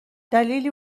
دلیلی